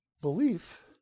belief